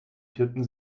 vierten